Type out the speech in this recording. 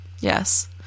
Yes